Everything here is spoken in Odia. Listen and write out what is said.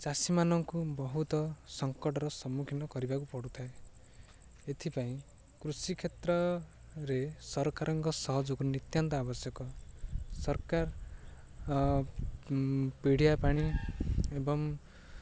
ଚାଷୀମାନଙ୍କୁ ବହୁତ ସଙ୍କଟର ସମ୍ମୁଖୀନ କରିବାକୁ ପଡ଼ୁଥାଏ ଏଥିପାଇଁ କୃଷି କ୍ଷେତ୍ରରେ ସରକାରଙ୍କ ସହଯୋଗ ନିତ୍ୟାନ୍ତ ଆବଶ୍ୟକ ସରକାର ପିଡ଼ିଆ ପାଣି ଏବଂ